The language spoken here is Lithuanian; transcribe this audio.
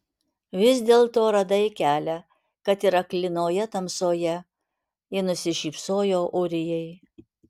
vis dėlto radai kelią kad ir aklinoje tamsoje ji nusišypsojo ūrijai